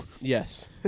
yes